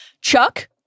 Chuck